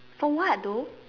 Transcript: for what though